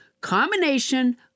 combination